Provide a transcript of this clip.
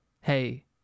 hey